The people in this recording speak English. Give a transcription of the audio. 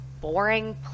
boring